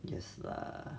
yes lah